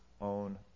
own